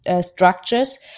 structures